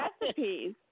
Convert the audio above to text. recipes